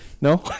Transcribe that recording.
no